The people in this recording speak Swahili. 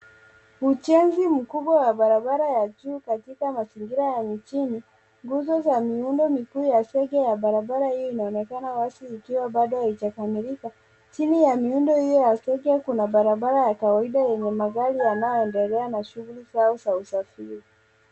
Ujenzi mkubwa wa barabara ya juu katika mazingira ya mjini. Nguzo za miundo mikuu ya zege ya barabara hiyo inaonekana wazi ikiwa bado haijakamilika . Chini ya miundo hiyo ya zege kuna barabara yakawaida yenye magari yanayoendelea na shughuli zao za usafiri.